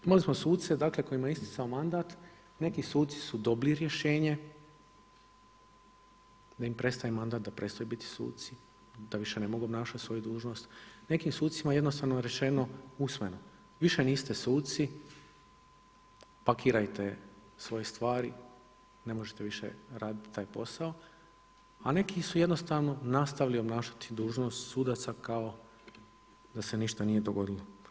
Imali smo suce kojima je isticao mandat, neki suci su dobili rješenje da im prestaje mandat, da prestaju biti suci, da više ne mogu obnašati svoju dužnost, nekim sucima jednostavno je rečeno usmeno, više niste suci, pakirajte svoje stvari, ne može više raditi taj posao a neki su jednostavno nastali obnašati dužnost sudaca kao da se ništa nije dogodilo.